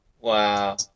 Wow